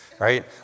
Right